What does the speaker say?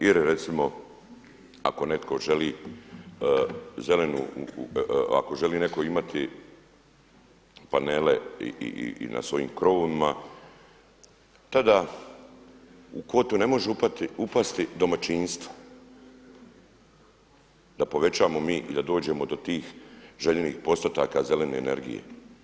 Ili recimo ako netko želi zelenu, ako želi netko imati panele i na svojim krovovima tada u kvotu ne može upasti domaćinstva da povećamo mi i da dođemo do tih zelenih postotaka zelene energije.